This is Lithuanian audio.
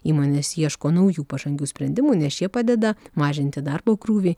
įmonės ieško naujų pažangių sprendimų nes šie padeda mažinti darbo krūvį